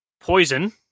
Poison